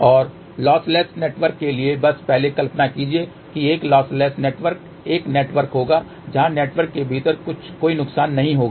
और lossless network के लिए बस पहले कल्पना कीजिए कि एक लॉसलेस नेटवर्क एक नेटवर्क होगा जहां नेटवर्क के भीतर कोई नुकसान नहीं होगा